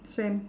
same